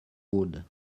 wood